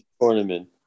Tournament